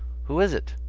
who is it?